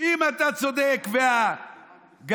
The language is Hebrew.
אם אתה צודק והגרעינים